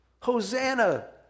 Hosanna